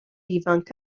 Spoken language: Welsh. ifanc